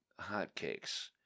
hotcakes